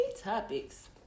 topics